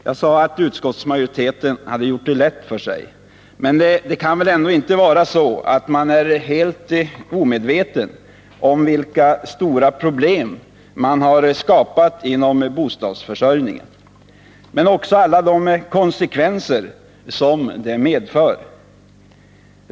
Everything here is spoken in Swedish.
Jag sade att utskottsmajoriteten har gjort det lätt för sig, men det kan väl inte vara så att man är helt omedveten om vilka stora problem man har skapat inom bostadsförsörjningen och alla de konsekvenser som det medför?